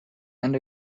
and